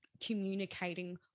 communicating